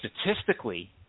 statistically